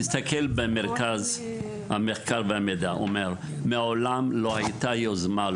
מרכז המחקר והמידע אומר: מעולם לא הייתה יוזמה.